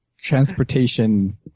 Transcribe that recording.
transportation